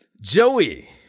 joey